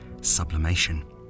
sublimation